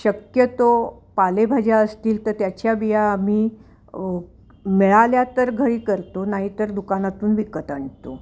शक्यतो पालेभाज्या असतील तर त्याच्या बिया आम्ही मिळाल्या तर घरी करतो नाहीतर दुकानातून विकत आणतो